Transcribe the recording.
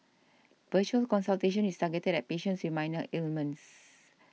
virtual consultation is targeted at patients with minor ailments